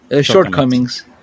shortcomings